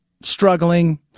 struggling